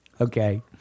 Okay